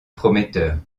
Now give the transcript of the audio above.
prometteurs